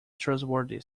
trustworthy